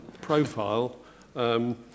profile